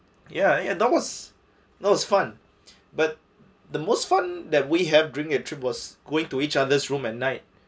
ya ya that was that was fun but the most fun that we have during a trip was going to each other's room at night